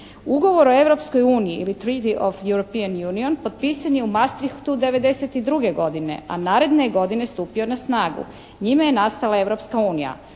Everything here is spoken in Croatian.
Ugovor o Europskoj uniji ili Treaty on European Union potpisan je u Maastrichtu '92. godine, a naredne je godine stupio na snagu. Njime je nastala Europska unija.